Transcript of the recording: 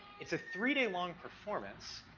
it's a three-day-long performance,